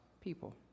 people